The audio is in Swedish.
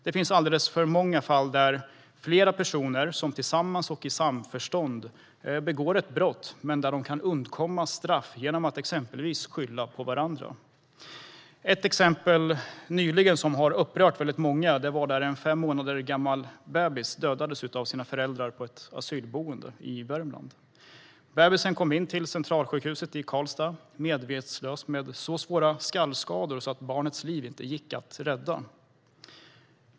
Det finns alldeles för många fall där flera personer som tillsammans och i samförstånd begår ett brott kan undkomma straff genom att exempelvis skylla på varandra. Ett exempel nyligen som har upprört väldigt många var en fem månader gammal bebis som dödades av sina föräldrar på ett asylboende i Värmland. Bebisen kom in till Centralsjukhuset i Karlstad medvetslös med så svåra skallskador att barnets liv inte gick att rädda.